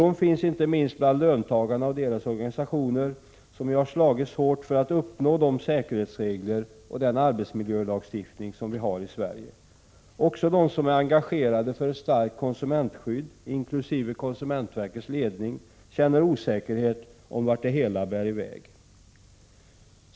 Oron finns inte minst bland löntagarna och deras organisationer, som ju har slagits hårt för att uppnå de säkerhetsregler och den arbetsmiljölagstiftning som vi har i Sverige. Också de som är engagerade för ett starkt konsumentskydd, inkl. konsumentverkets ledning, känner osäkerhet om vart det hela bär i väg.